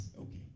okay